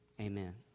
amen